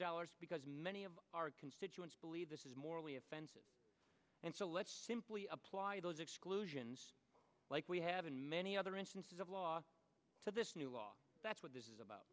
dollars because many of our constituents believe this is morally offensive and so let's simply apply those exclusions like we have in many other instances of law to this new law that's what this is about